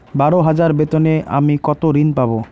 বারো হাজার বেতনে আমি কত ঋন পাব?